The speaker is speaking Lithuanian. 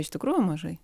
iš tikrųjų mažai